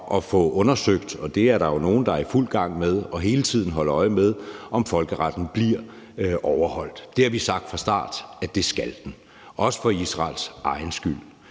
at få undersøgt et, og det er der jo nogen der er i fuld gang med, og som hele tiden holder øje med, om folkeretten bliver overholdt. Det har vi sagt fra start at den skal – også for Israels egen skyld.